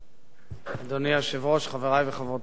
אדוני היושב-ראש, חברי וחברותי חברי הכנסת,